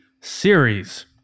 series